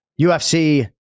ufc